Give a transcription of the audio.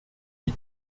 les